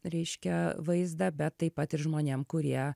reiškia vaizdą bet taip pat ir žmonėm kurie